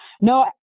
no